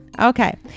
Okay